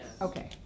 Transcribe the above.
Okay